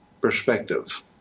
Perspective